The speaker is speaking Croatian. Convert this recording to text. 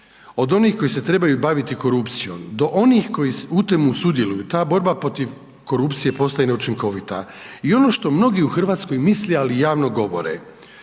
od onih koji se trebaju baviti korupciju, do onih koji u tome sudjeluju, ta borba protiv korupcije, postaje neučinkovita. I ono što mnogi u Hrvatskoj misle ali javno govore,